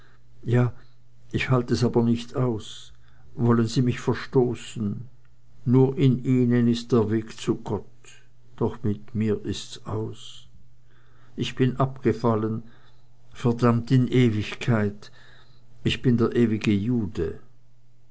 ja ich halt es aber nicht aus wollen sie mich verstoßen nur in ihnen ist der weg zu gott doch mit mir ist's aus ich bin abgefallen verdammt in ewigkeit ich bin der ewige jude